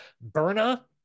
Berna